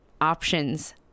options